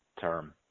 term